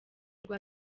rwa